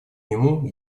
нему